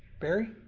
Barry